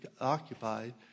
occupied